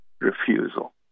refusal